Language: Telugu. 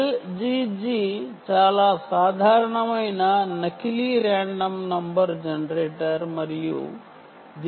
LCG చాలా సాధారణమైన సూడో రాండమ్ నంబర్ జనరేటర్ మరియు దీనిని ఉపయోగించవచ్చు